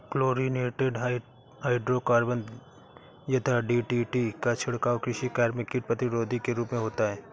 chlorinated hydrocarbon यथा DDT का छिड़काव कृषि कार्य में कीट प्रतिरोधी के रूप में होता है